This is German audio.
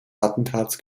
attentats